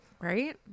right